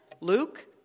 Luke